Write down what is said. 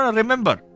remember